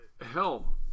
hell